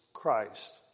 Christ